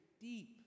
deep